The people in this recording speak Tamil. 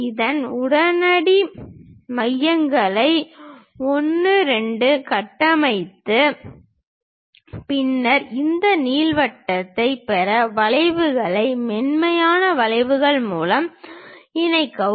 இந்த உடனடி மையங்களை 1 2 கட்டமைத்து பின்னர் இந்த நீள்வட்டத்தைப் பெற வளைவுகளை மென்மையான வளைவுகள் மூலம் இணைக்கவும்